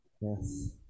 Yes